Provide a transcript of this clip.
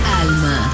Alma